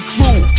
Crew